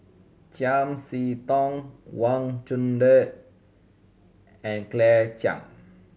Chiam See Tong Wang Chunde and Claire Chiang